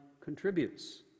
contributes